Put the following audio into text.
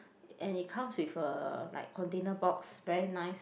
and it comes with a like container box very nice